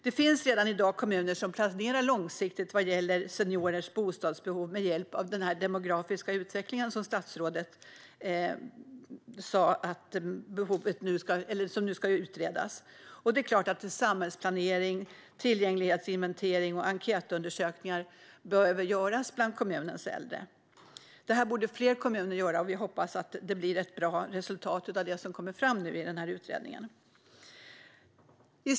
Det finns redan i dag kommuner som planerar långsiktigt vad gäller seniorers bostadsbehov med hjälp av den demografiska utveckling som statsrådet sa nu ska utredas, och det är klart att samhällsplanering, tillgänglighetsinventeringar och enkätundersökningar behöver göras bland kommunens äldre. Detta borde fler kommuner göra, och vi hoppas att det blir ett bra resultat av det som kommer fram i den här utredningen. Fru talman!